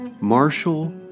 Marshall